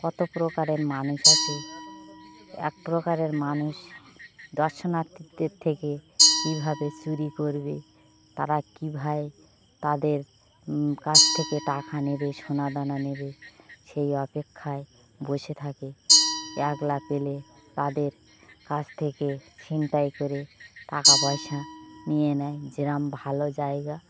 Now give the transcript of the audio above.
এত প্রকারের মানুষ আসে এক প্রকারের মানুষ দর্শনার্থীদের থেকে কী ভাবে চুরি করবে তারা কী ভাবে তাদের কাছ থেকে টাকা নেবে সোনা দানা নেবে সেই অপেক্ষায় বসে থাকে একলা পেলে তাদের কাছ থেকে ছিনতাই করে টাকা পয়সা নিয়ে নেয় যেরম ভালো জায়গা